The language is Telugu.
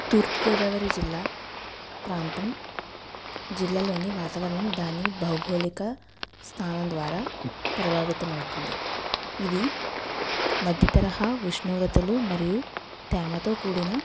తూర్పు గోదావరి జిల్లా ప్రాంతం జిల్లాలోని వాతావరణం దాని భౌగోళిక స్థానం ద్వారా ప్రభావితం అవుతుంది ఇది మధ్య తరహా ఉష్ణోగ్రతలు మరియు తేమతో కూడిన